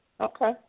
Okay